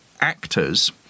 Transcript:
actors